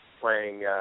playing